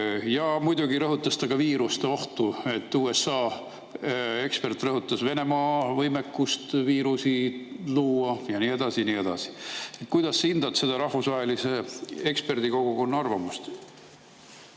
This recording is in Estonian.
Muidugi rõhutas ta ka viiruste ohtu, USA ekspert rõhutas Venemaa võimekust viirusi luua ja nii edasi. Kuidas sa hindad seda rahvusvahelise eksperdikogukonna arvamust?